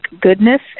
goodness